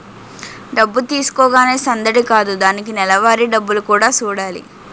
డబ్బు తీసుకోగానే సందడి కాదు దానికి నెలవారీ డబ్బులు కూడా సూడాలి